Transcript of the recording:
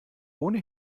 ohne